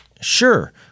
sure